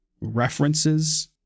references